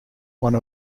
one